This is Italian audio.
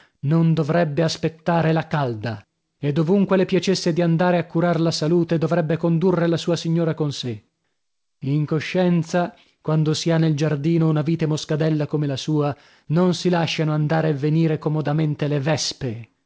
non dovrebbe aspettare la calda e dovunque le piacesse di andare a curar la salute dovrebbe condurre la sua signora con sè in coscienza quando si ha nel giardino una vite moscadella come la sua non si lasciano andare e venire comodamente le vespe